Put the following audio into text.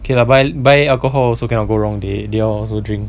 okay lah buy buy alcohol also cannot go wrong they they also drink